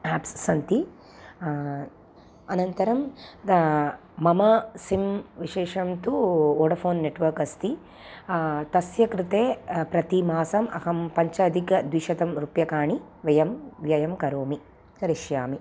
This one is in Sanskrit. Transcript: आप्स् सन्ति अनन्तरं दा मम सिम् विशेषं तु वोडफ़ोन् नेट्वर्क् अस्ति तस्य कृते प्रतिमासम् अहं पञ्चाधिकद्विशतं रूप्यकाणि व्ययं व्ययं करोमि करिष्यामि